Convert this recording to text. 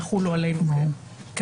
יחולו עלינו כמערכת.